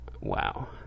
Wow